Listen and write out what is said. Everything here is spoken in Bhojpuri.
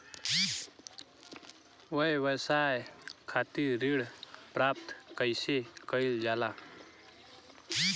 व्यवसाय खातिर ऋण प्राप्त कइसे कइल जाला?